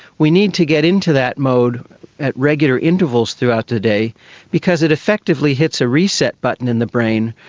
we need to get into that mode at regular intervals throughout the day because it effectively hits a reset button in the brain,